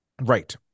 right